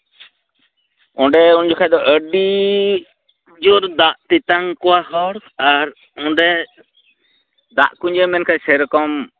ᱚᱸᱰᱮ ᱩᱱ ᱡᱚᱠᱷᱟᱜ ᱫᱚ ᱟᱹᱰᱤ ᱡᱳᱨ ᱫᱟᱜ ᱛᱮᱛᱟᱝ ᱠᱚᱣᱟ ᱦᱚᱲ ᱟᱨ ᱚᱸᱰᱮ ᱫᱟᱜ ᱠᱚ ᱧᱩᱭᱟ ᱢᱮᱱᱠᱷᱟᱡ ᱥᱮ ᱨᱚᱠᱚᱢ